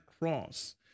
cross